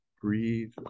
breathe